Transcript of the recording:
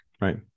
right